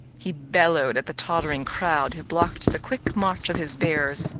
he bellowed at the tottering crowd who blocked the quick march of his bearers.